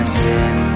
sin